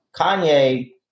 Kanye